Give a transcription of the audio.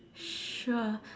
sure